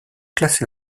classé